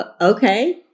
okay